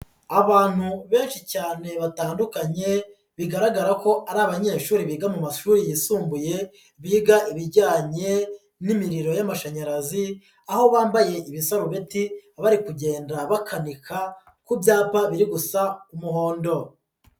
Abantu benshi cyane batandukanye bigaragara ko ari abanyeshuri biga mu mashuri yisumbuye biga ibijyanye n'imiriro y'amashanyarazi, aho bambaye ibisarubeti bari kugenda bakanika ku byapa biri gusa umuhondo..